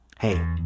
Hey